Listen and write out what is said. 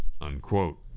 unquote